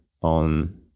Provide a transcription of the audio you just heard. on